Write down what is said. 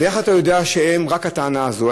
ואיך אתה יודע שזו רק הטענה הזאת?